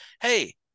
hey